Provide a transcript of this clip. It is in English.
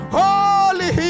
holy